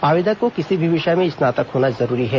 आवेदक को किसी भी विषय में स्नातक होना जरूरी है